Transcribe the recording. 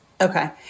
okay